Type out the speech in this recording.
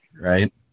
right